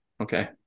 Okay